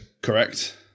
Correct